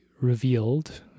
revealed